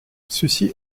ceci